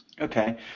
Okay